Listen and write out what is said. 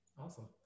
Awesome